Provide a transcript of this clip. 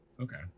Okay